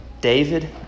David